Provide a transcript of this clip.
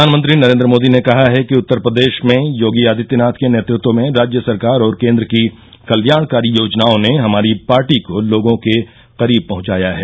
प्रधानमंत्री नरेन्द्र मोदी ने कहा कि उत्तर प्रदेश में योगी आदित्यनाथ के नेतृत्व में राज्य सरकार और केन्द्र की कल्याणकारी योजनाओं ने हमारी पार्टी को लोगों के करीब पहंचाया है